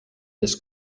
this